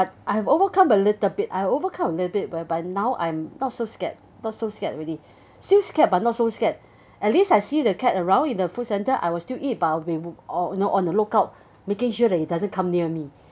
but I have overcome a little bit I overcome a little bit by by now I'm not so scared not so scared already still scared but not so scared at least I see the cat around the food centre I will still eat but I'll look out you know on the lookout making sure that it doesn't come near me